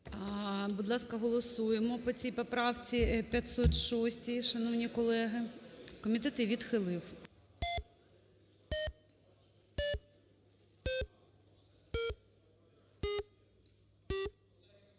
Будь ласка, голосуємо по ці поправці 506, шановні колеги. Комітет її відхилив.